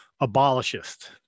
abolishist